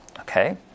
Okay